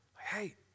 Hey